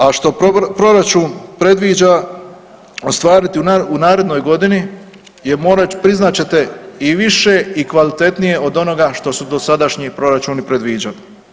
A što proračun predviđa ostvariti u narednoj godini je priznat ćete i više i kvalitetnije od onoga što su dosadašnji proračuni predviđali.